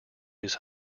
his